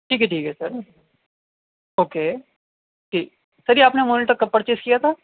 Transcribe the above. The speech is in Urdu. ٹھیک ہے ٹھیک ہے سر اوکے ٹھیک سر یہ آپ نے مانیٹر کب پرچیز کیا تھا